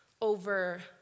over